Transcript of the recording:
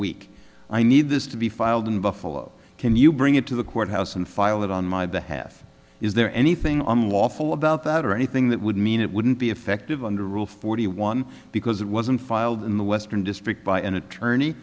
week i need this to be filed in buffalo can you bring it to the courthouse and file it on my behalf is there anything on lawful about that or anything that would mean it wouldn't be effective under rule forty one because it wasn't filed in the western district by an attorney